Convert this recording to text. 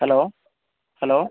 hello hello